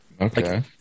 Okay